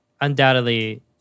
undoubtedly